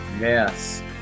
Yes